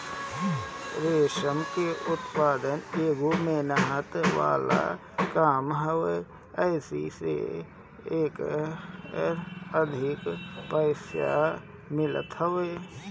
रेशम के उत्पदान एगो मेहनत वाला काम हवे एही से एकर अधिक पईसा मिलत हवे